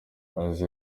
yagize